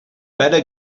better